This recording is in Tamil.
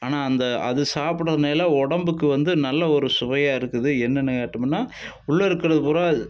ஆனால் அந்த அது சாப்பிட்றதுனால உடம்புக்கு வந்து நல்ல ஒரு சுவையாக இருக்குது என்னென்னு கேட்டமுன்னால் உள்ள இருக்கிறது பூராக